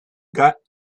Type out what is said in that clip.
got